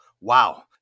wow